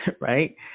right